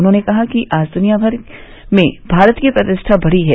उन्होंने कहा कि आज दुनिया भर में भारत की प्रतिष्ठा बढ़ी है